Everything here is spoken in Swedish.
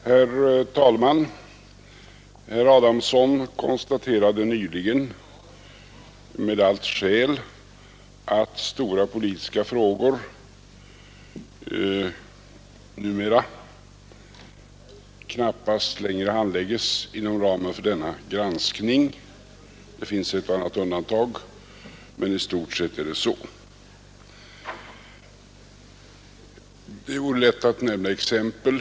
Herr talman! Herr Adamsson konstaterade nyss med allt skäl att stora politiska frågor numera knappast längre handläggs inom ramen för denna granskning — det finns ett och annat undantag, men i stort sett är det så. Det vore lätt att nämna exempel.